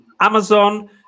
Amazon